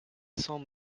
sans